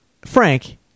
Frank